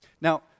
Now